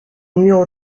numéro